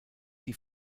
die